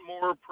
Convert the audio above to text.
more